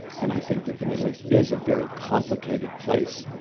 and i think that the middle east is a very complicated place.